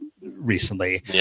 recently